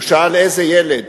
הוא שאל: איזה ילד?